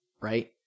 right